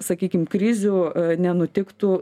sakykim krizių nenutiktų